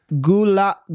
Gula